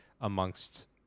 amongst